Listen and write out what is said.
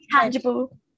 tangible